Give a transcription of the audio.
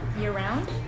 year-round